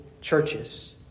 churches